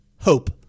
hope